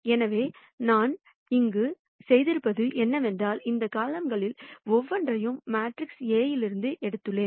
எனவே நான் இங்கு செய்திருப்பது என்னவென்றால் இந்த காலம்கள்களில் ஒவ்வொன்றையும் மேட்ரிக்ஸ் A இலிருந்து எடுத்துள்ளேன்